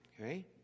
okay